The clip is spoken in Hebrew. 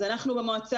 אז אנחנו במועצה,